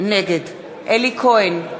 נגד אלי כהן,